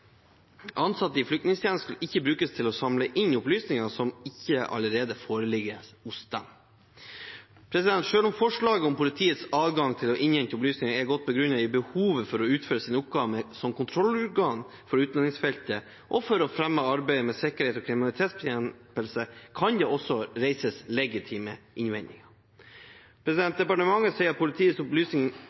Ansatte i flyktningtjenesten skal ikke brukes til å samle inn opplysninger som ikke allerede foreligger hos dem. Selv om forslaget om politiets adgang til å innhente opplysninger er godt begrunnet i behovet for å utføre sine oppgaver som kontrollorgan for utlendingsfeltet og for å fremme arbeidet med sikkerhet og kriminalitetsbekjempelse, kan det også reises legitime innvendinger. Departementet sier at politiets